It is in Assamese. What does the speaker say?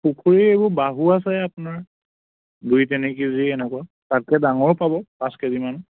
পুখুৰীৰ এইবোৰ বাহু আছে আপোনাৰ দুই তিনি কেজি এনেকুৱা তাতকৈ ডাঙৰো পাব পাঁচ কেজি মানৰ